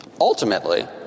Ultimately